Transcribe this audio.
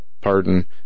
pardon